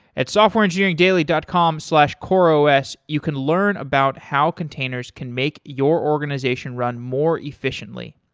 at softwareengineeringdaily dot com slash coreos you can learn about how containers can make your organization run more efficiently.